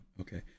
Okay